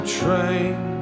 train